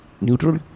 neutral